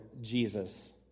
Jesus